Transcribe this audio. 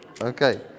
Okay